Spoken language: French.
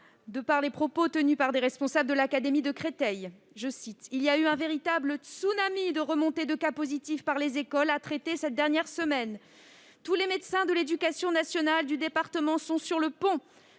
citer les propos des responsables de l'académie de Créteil :« Il y a eu un véritable tsunami de remontées de cas positifs par les écoles à traiter cette dernière semaine. Tous les médecins de l'éducation nationale du département sont sur le pont,